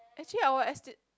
actually I will esti~